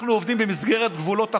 אנחנו עובדים במסגרת גבולות החוק.